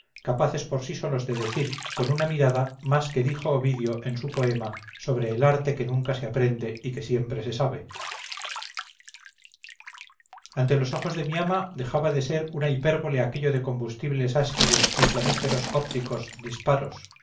capaces por sí solos de decir con una mirada más que dijo ovidio en su poema sobre el arte que nunca se aprende y que siempre se sabe ante los ojos de mi ama dejaba de ser una hipérbole aquello de combustibles áspides y flamígeros ópticos disparos